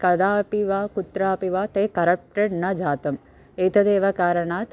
कदापि वा कुत्रापि वा ते करप्टेड् न जातम् एतदेव कारणात्